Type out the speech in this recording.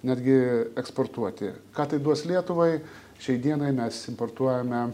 netgi eksportuoti ką tai duos lietuvai šiai dienai mes importuojame